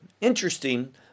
interesting